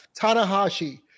Tanahashi